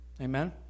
Amen